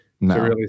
No